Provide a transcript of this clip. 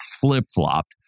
flip-flopped